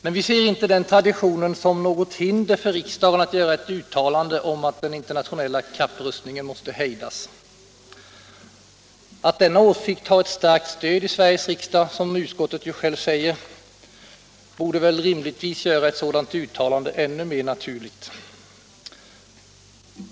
Men vi ser inte den traditionen som något hinder för riksdagen att göra ett uttalande om att den internationella kapprustningen måste hejdas. Att denna åsikt har ett starkt stöd i Sveriges riksdag, som utskottet ju självt säger, borde rimligtvis göra ett sådant uttalande ännu mer naturligt.